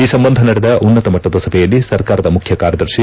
ಈ ಸಂಬಂಧ ನಡೆದ ಉನ್ನತ ಮಟ್ಟದ ಸಭೆಯಲ್ಲಿ ಸರ್ಕಾರದ ಮುಖ್ಯ ಕಾರ್ಯದರ್ಶಿ